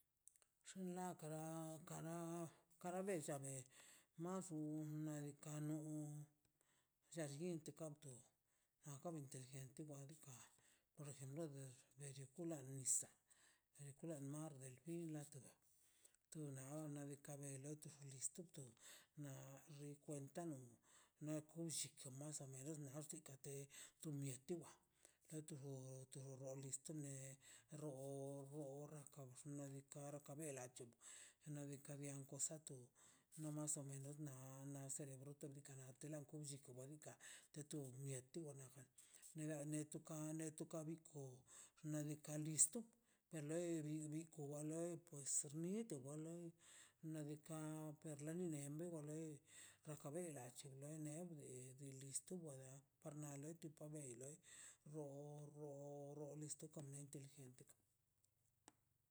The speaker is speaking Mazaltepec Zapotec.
Xnakra kana kara kara bella bie mas unedika nu lla llinke kiato aka inteligente wadiga por ejemplo de de gucha nisa' de kwa do mar de di de di lache to wale to di ka del loi de listo to na rinkwenta no na kwillinto masa na xikate tu mirtiwa de tojo tojo lista me roo rooj kabxe nadikare ka bela chi nadika bian susatu no mas o menos na na besaro brutu na ka natela bin lluku bodika de tu miatu nda de toka kaneto kabin kon xna' diika' listo per loi pues nirto go loi nadika per lin nemba wa loi raka bela nuchin lei nebro de listu wadai par na loi tuka dei loi ro ro loi